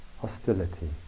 hostility